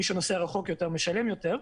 מי שנוסע רחוק יותר משלם יותר.